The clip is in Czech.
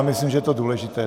Myslím, že je to důležité.